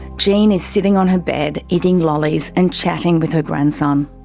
jenny is sitting on her bed, eating lollies and chatting with her grandson.